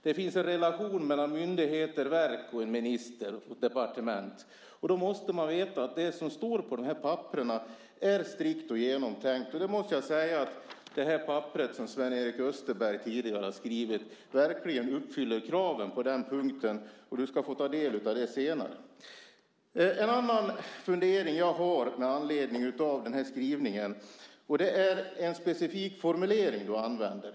Det finns en relation mellan myndigheter, verk, en minister och departement. Då måste man veta att det som står på de här papperen är strikt och genomtänkt, och jag måste säga att det här papperet, som Sven-Erik Österberg tidigare har skrivit, verkligen uppfyller kraven på den punkten. Du ska få ta del av det senare. En annan fundering jag har med anledning av den här skrivningen gäller en specifik formulering du använder.